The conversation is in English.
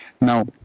Now